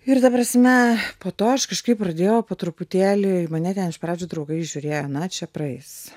ir ta prasme po to aš kažkaip pradėjau po truputėlį į mane ten iš pradžių draugai žiūrėjo na čia praeis